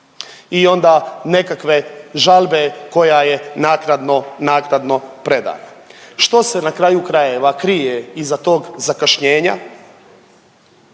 I onda nekakve žalbe koja je naknadno, naknadno predana. Što se na kraju krajeva krije iza tog zakašnjenja